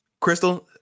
crystal